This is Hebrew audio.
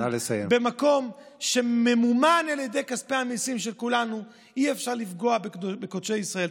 במקום שממומן על ידי כספי המיסים של כולנו אי-אפשר לפגוע בקודשי ישראל.